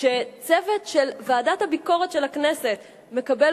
כשצוות של ועדת הביקורת של הכנסת מקבל